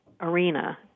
arena